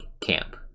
camp